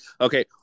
Okay